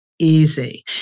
easy